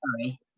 sorry